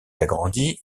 agrandie